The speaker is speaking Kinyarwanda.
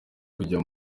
kujya